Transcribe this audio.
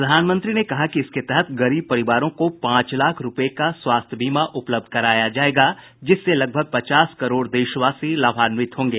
प्रधानमंत्री ने कहा कि इसके तहत गरीब परिवारों को पांच लाख रूपये का स्वास्थ्य बीमा उपलब्ध कराया जायेगा जिससे लगभग पचास करोड़ देशवासी लाभान्वित होंगे